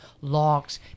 locks